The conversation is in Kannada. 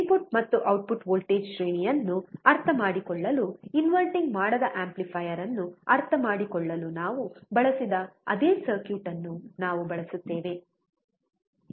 ಇನ್ಪುಟ್ ಮತ್ತು ಔಟ್ಪುಟ್ ವೋಲ್ಟೇಜ್ ಶ್ರೇಣಿಯನ್ನು ಅರ್ಥಮಾಡಿಕೊಳ್ಳಲು ಇನ್ವರ್ಟಿಂಗ್ ಮಾಡದ ಆಂಪ್ಲಿಫೈಯರ್ ಅನ್ನು ಅರ್ಥಮಾಡಿಕೊಳ್ಳಲು ನಾವು ಬಳಸಿದ ಅದೇ ಸರ್ಕ್ಯೂಟ್ ಅನ್ನು ನಾವು ಬಳಸುತ್ತೇವೆ